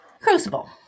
crucible